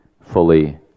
fully